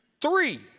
three